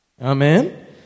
Amen